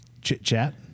chit-chat